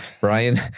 Brian